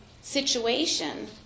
situation